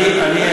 כן, אני אסיים.